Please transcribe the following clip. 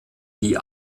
die